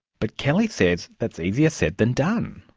but kelli says that's easier said than done.